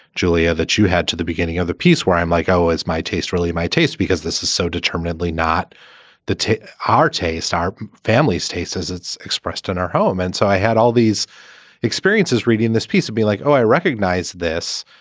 julia, that you had to the beginning of the piece where i'm like, oh, is my taste really my taste? because this is so determinately not to our taste, our family's taste as it's expressed in our home and so i had all these experiences reading this piece to be like, oh, i recognize this.